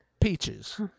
Peaches